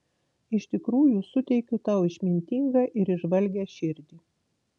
iš tikrųjų suteikiu tau išmintingą ir įžvalgią širdį